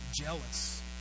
jealous